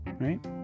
Right